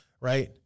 Right